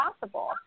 possible